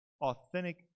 authentic